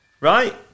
Right